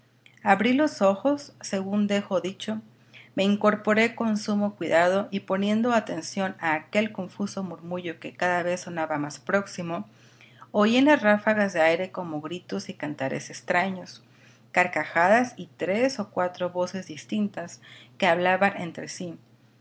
abrí los ojos según dejo dicho me incorporé con sumo cuidado y poniendo atención a aquel confuso murmullo que cada vez sonaba más próximo oí en las ráfagas de aire como gritos y cantares extraños carcajadas y tres o cuatro voces distintas que hablaban entre si